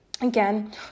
again